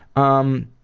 um,